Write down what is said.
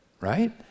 right